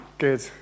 Good